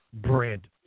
brand